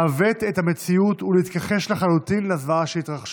לעוות את המציאות ולהתכחש לחלוטין לזוועה שהתרחשה,